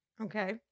okay